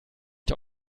der